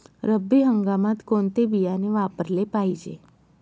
रब्बी हंगामात कोणते बियाणे वापरले पाहिजे?